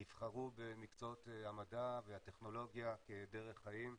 יבחרו במקצועות המדע והטכנולוגיה כדרך חיים.